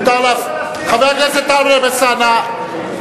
חבר הכנסת טלב אלסאנע,